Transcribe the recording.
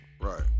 Right